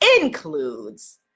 includes